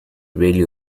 rarely